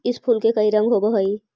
इस फूल के कई रंग होव हई